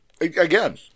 Again